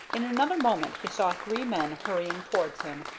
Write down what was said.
in another moment he saw three men hurrying towards him,